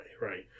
right